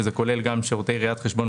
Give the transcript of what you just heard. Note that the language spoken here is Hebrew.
שזה כולל גם שירותי ראיית חשבון,